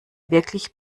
wirklich